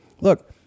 look